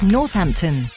Northampton